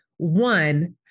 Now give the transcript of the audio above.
one